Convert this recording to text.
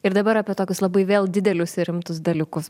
ir dabar apie tokius labai vėl didelius rimtus dalykus